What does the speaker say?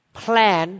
plan